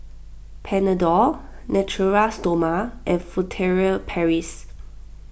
Panadol Natura Stoma and Furtere Paris